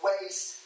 waste